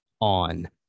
on